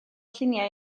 lluniau